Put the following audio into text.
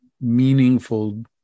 meaningful